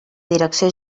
direcció